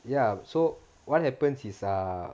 ya so what happens is err